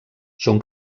són